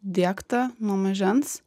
diegta nuo mažens